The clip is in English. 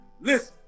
listen